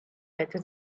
better